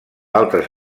altres